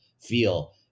feel